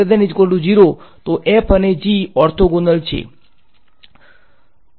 તેથી જો તો f અને g ઓર્થોગોનલ છે